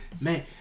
man